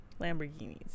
Lamborghinis